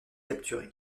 capturé